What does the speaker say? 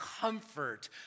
comfort